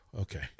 okay